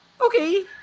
okay